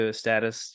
status